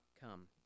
come